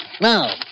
Now